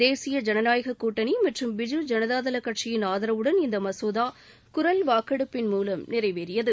தேசிய ஜனநாயக கூட்டனி மற்றும் பிஜு ஜனதா தள கட்சியின் ஆதரவுடன் இந்த மசோதா குரல் வாக்கெடுப்பின் மூவம் நிறைவேறியது